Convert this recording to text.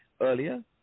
earlier